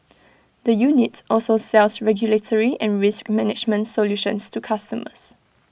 the unit also sells regulatory and risk management solutions to customers